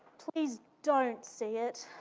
please, don't see it.